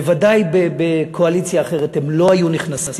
בוודאי בקואליציה אחרת הם לא היו נכנסים.